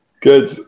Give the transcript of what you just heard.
good